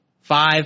Five